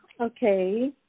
Okay